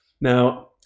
Now